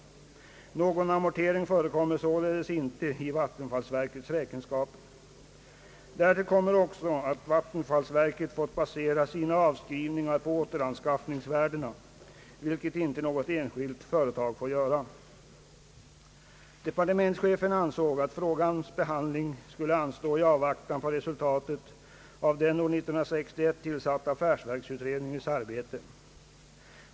Någon amortering förekommer således inte i vattenfallsverkets räkenskaper. Därtill kommer att vattenfallsverket har fått basera sina avskrivningar på återanskaffningsvärdena, vilket inget enskilt företag får göra. Departementschefen ansåg att frågans behandling borde anstå i avvaktan på resultatet av den år 1961 tillsatta affärsverksutredningens arbete.